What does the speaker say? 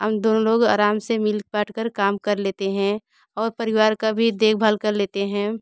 दोनों लोग आराम से मिल बाँट कर काम कर लेते हैं और परिवार का भी देखभाल कर लेते हैं